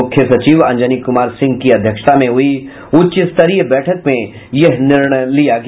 मुख्य सचिव अंजनी कुमार सिंह की अध्यक्षता में हुयी उच्च स्तरीय बैठक में यह निर्णय लिया गया